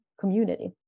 community